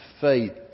faith